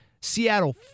Seattle